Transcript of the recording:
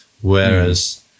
Whereas